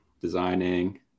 designing